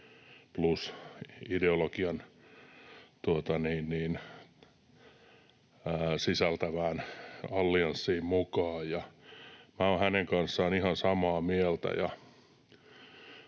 HBLBTQ+-ideologian sisältävään allianssiin mukaan. Olen hänen kanssaan ihan samaa mieltä.